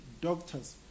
doctors